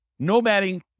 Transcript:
nomading